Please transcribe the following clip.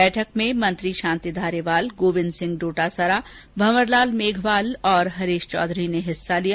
बैठक में मंत्री शांति धारीवाल गोविन्द सिंह डोटासरा भंवर लाल मेघवाल और हरिश चौधरी ने हिस्सा लिया